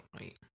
right